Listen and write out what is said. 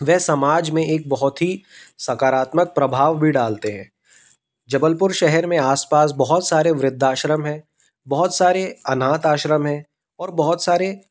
वे समाज में एक बहुत ही सकारात्मक प्रभाव भी डालते हैं जबलपुर शहर में आसपास बहुत सारे वृद्धाश्रम हैं बहुत सारे अनाथ आश्रम हैं और बहुत सारे